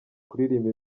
kuririmba